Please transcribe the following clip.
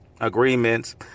agreements